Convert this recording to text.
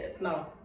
No